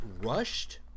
rushed